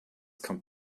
kommt